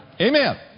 Amen